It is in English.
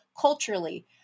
culturally